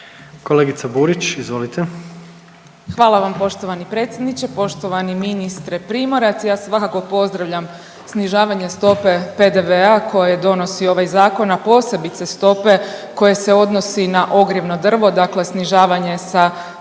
**Burić, Majda (HDZ)** Hvala vam poštovani predsjedniče. Poštovani ministre Primorac, ja svakako pozdravljam snižavanje stope PDV-a koje donosi ovaj zakon, a posebice stope koje se odnosi na ogrjevno drvo, dakle snižavanje sa 13